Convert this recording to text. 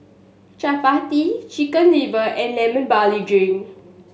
Chappati Chicken Liver and Lemon Barley Drink